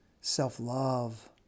self-love